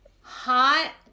hot